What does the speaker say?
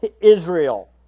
Israel